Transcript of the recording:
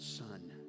Son